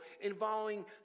involving